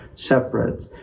separate